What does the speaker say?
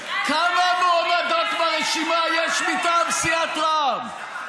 כמה מועמדות ברשימה יש מטעם סיעת רע"ם?